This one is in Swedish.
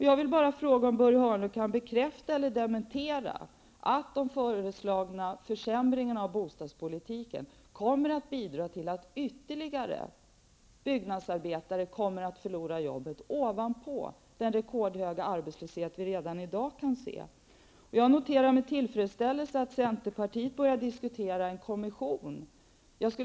Jag vill bara fråga om Börje Hörnlund kan bekräfta eller dementera att de föreslagna försämringarna av bostadspolitiken kommer att bidra till att ytterligare byggnadsarbetare förlorar jobbet ovanpå den rekordhöga arbetslöshet som vi redan i dag kan se. Jag noterar med tillfredsställelse att centern börjar diskutera en kommission.